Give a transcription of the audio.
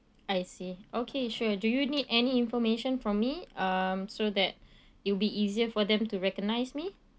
I see okay sure do you need any information from me um so that it'll be easier for them to recognize me